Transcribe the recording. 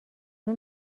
اون